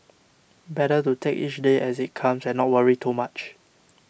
better to take each day as it comes and not worry too much